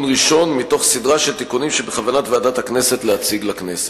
הראשון בסדרה של תיקונים שבכוונת ועדת הכנסת להציג לכנסת.